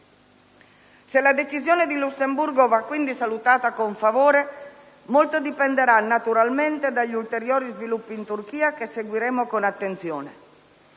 Se la decisione di Lussemburgo va quindi salutata con favore, molto dipenderà - naturalmente - dagli ulteriori sviluppi in Turchia, che seguiremo con attenzione.